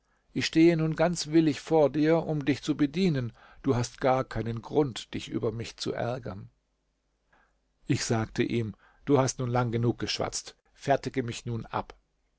ich stehe nun ganz willig vor dir um dich zu bedienen du hast gar keinen grund dich über mich zu ärgern ich sagte ihm du hast nun lang genug geschwatzt fertige mich nun ab